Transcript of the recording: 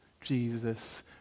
Jesus